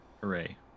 Hooray